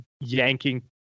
yanking